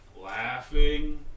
laughing